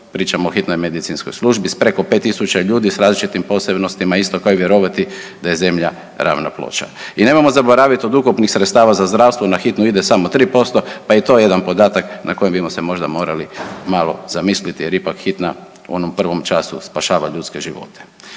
pričamo o hitnoj medicinskoj službi s preko 5000 ljudi, s različitim posebnostima, isto kao i vjerovati da je Zemlja ravna ploča. I nemojmo zaboraviti od ukupnih sredstava za zdravstvo i na hitnu, ide samo 3%, pa je i to jedan podatak nad kojim bi se morali mali zamisliti jer ipak, hitna u onom prvom času spašava ljudske živote.